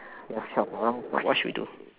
we have twelve now what should we do